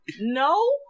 no